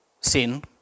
Sin